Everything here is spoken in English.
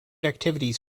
activities